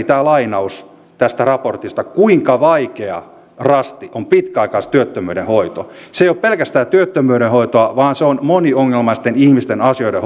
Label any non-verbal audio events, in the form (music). (unintelligible) tämä lainaus tästä raportista kertoo minun mielestäni kuinka vaikea rasti on pitkäaikaistyöttömyyden hoito se ei ole pelkästään työttömyyden hoitoa vaan se on moniongelmaisten ihmisten asioiden (unintelligible)